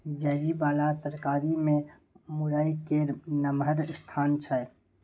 जरि बला तरकारी मे मूरइ केर नमहर स्थान छै